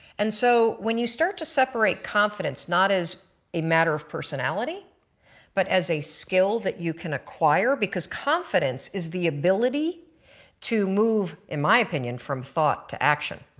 and so when you start to separate confidence not as a matter of personality but as a skill that you can acquire because confidence is the ability to move in my opinion from thought to action.